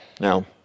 Now